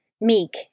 meek